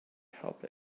help